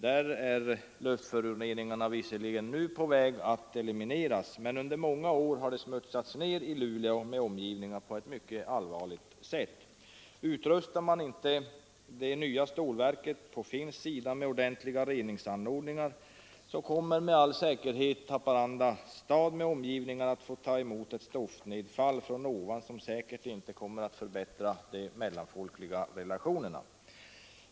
Där är luftföroreningarna visserligen nu på väg att elimineras, men under många år har det smutsats ned i Luleå med omgivningar på ett mycket allvarligt sätt. Utrustar man inte det nya stålverket på den finska sidan med ordentliga reningsanordningar, kommer Haparanda stad med omgivningar med all säkerhet att få ta emot ett stoftnedfall från ovan som säkert inte kommer att förbättra de mellanfolkliga relationerna.